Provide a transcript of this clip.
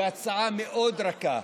היא הצעה מאוד רכה.